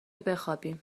بخابیم